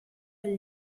del